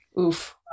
Oof